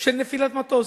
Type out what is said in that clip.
של נפילת מטוס.